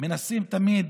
ומנסים תמיד